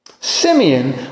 Simeon